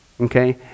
Okay